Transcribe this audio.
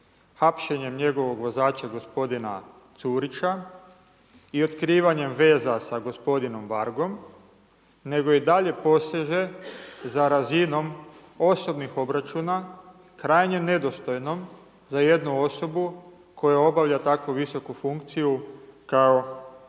hapšenjem njegovog vozača gospodina Curića i otkrivanjem veza sa gospodinom Vargom, nego i dalje poseže za razino osobnih obračuna krajnje nedostojnom za jednu osobu koja obavlja tako visoku funkciju kao